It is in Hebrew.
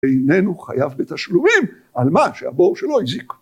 איננו חייב בשלומים על מה שהבור שלו הזיק.